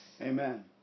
Amen